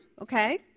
okay